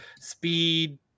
speed